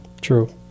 True